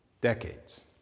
Decades